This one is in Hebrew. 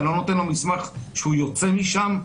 אתה לא נותן לו מסמך שהוא יוצא משם.